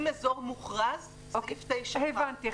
אזור מוכרז סעיף 9- -- אני הבנתי,